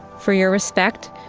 for your respect,